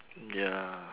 ya